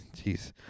Jeez